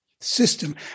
system